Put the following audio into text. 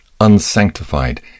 unsanctified